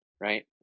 right